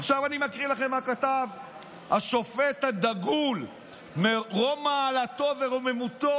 עכשיו אני מקריא לכם מה כתב השופט הדגול מרום מעלתו ורוממותו,